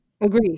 Agree